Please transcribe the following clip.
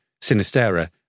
Sinistera